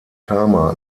tama